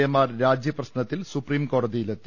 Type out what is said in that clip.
എമാർ രാജി പ്രശ്നത്തിൽ സുപ്രിംകോടതിയിലെത്തി